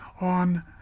on